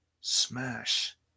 smash